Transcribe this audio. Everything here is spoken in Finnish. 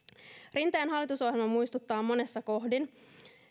rinteen hallitusohjelma muistuttaa monessa kohdin